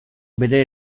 bere